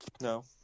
No